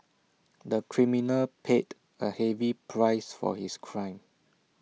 the criminal paid A heavy price for his crime